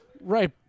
Right